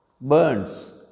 Burns